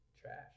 Trash